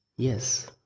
Yes